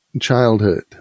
childhood